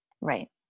Right